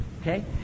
Okay